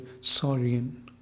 saurian